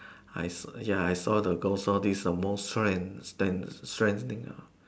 I saw ya I saw the ghost lor this is the most strange strange strange thing